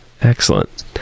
Excellent